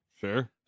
Sure